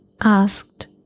asked